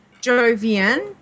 Jovian